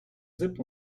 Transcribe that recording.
zip